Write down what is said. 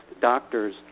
doctors